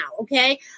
okay